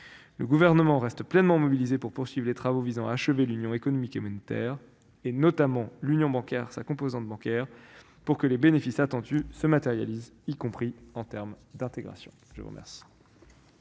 Le Gouvernement reste pleinement mobilisé pour poursuivre les travaux visant à achever l'Union économique et monétaire, notamment sa composante bancaire, l'Union bancaire, pour que les bénéfices attendus se matérialisent, y compris en termes d'intégration. La parole